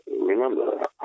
remember